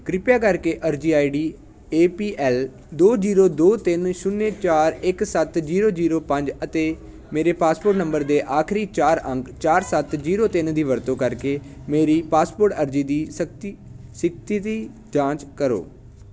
ਕ੍ਰਿਪਾ ਕਰਕੇ ਅਰਜ਼ੀ I D A P L ਦੋ ਜੀਰੋ ਦੋ ਤਿੰਨ ਸ਼ੂਨਿਆ ਚਾਰ ਇੱਕ ਸੱਤ ਜੀਰੋ ਜੀਰੋ ਪੰਜ ਅਤੇ ਮੇਰੇ ਪਾਸਪੋਰਟ ਨੰਬਰ ਦੇ ਆਖਰੀ ਚਾਰ ਅੰਕਾਂ ਚਾਰ ਸੱਤ ਜੀਰੋ ਤਿੰਨ ਦੀ ਵਰਤੋਂ ਕਰਕੇ ਮੇਰੀ ਪਾਸਪੋਰਟ ਅਰਜ਼ੀ ਦੀ ਸਕਤੀ ਸਥਿਤੀ ਦੀ ਜਾਂਚ ਕਰੋ